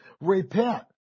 Repent